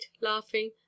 laughing